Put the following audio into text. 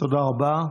תודה רבה.